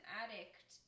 addict